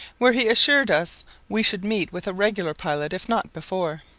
where he assured us we should meet with a regular pilot, if not before.